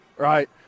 Right